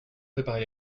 préparer